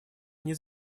мне